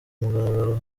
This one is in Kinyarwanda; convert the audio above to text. mugaragaro